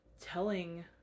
telling